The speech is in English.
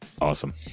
awesome